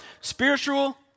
spiritual